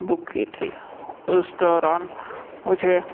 book की थी उस दौरान मुझे